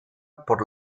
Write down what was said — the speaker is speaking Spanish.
por